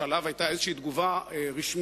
שעליו היתה איזו תגובה רשמית,